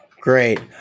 Great